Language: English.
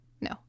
No